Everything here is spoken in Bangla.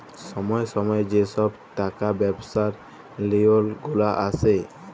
ছময়ে ছময়ে যে ছব টাকা ব্যবছার লিওল গুলা আসে